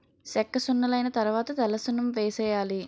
సెక్కసున్నలైన తరవాత తెల్లసున్నం వేసేయాలి